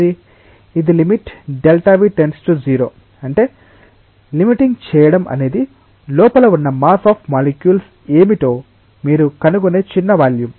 ఇది లిమిట్ Δ𝑣 → 0 అంటే లిమిటింగ్ చేయడం అనేది లోపల ఉన్న మాస్ ఆఫ్ మాలిక్యూల్స్ ఏమిటో మీరు కనుగొనే చిన్న వాల్యూమ్